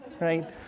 right